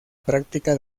práctica